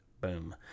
Boom